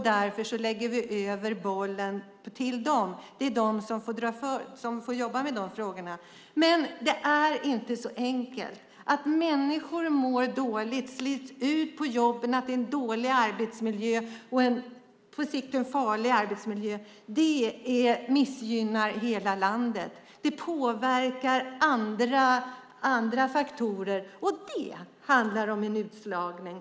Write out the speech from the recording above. Därför lägger man över bollen till dem. Det är de som får jobba med de frågorna. Men det är inte så enkelt. Att människor mår dåligt och slits ut på jobben, att det är en dålig, och på sikt farlig, arbetsmiljö missgynnar hela landet. Det påverkar andra faktorer. Det handlar om utslagning.